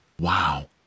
Wow